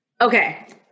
Okay